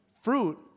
fruit